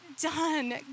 done